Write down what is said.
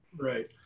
right